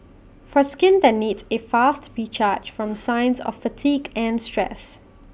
for skin that needs A fast recharge from signs of fatigue and stress